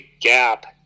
gap